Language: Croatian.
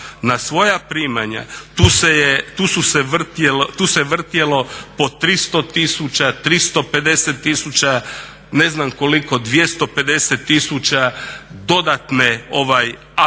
Na svoja primanja tu se vrtjelo po 300 tisuća, 350 tisuća ne znam koliko, 250 000 dodatne apanaže.